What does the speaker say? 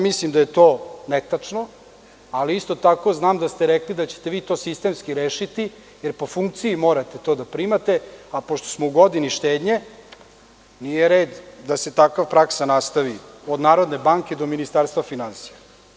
Mislim da je to ne tačno, ali isto tako znam da ste rekli da ćete vi to sistemski rešiti, jer po funkciji morate to da primate, a pošto smo u godini štednje nije red da se takva praksa nastavi od Narodne banke do Ministarstva finansija.